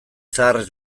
zaharrez